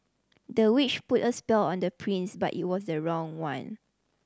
the witch put a spell on the prince but it was the wrong one